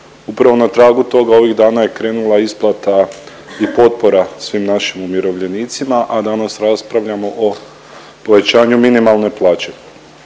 Upravo na tragu toga ovih dana je krenula isplata i potpora svim našim umirovljenicima, a danas raspravljamo o povećanju minimalne plaće.